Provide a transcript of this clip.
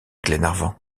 glenarvan